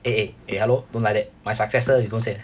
eh eh eh hello don't like that my successor you don't say